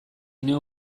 neu